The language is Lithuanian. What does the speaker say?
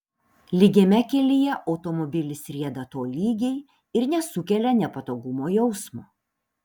lygiame kelyje automobilis rieda tolygiai ir nesukelia nepatogumo jausmo